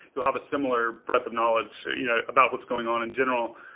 they'll have a similar breadth of knowledge you know about what's going on in general,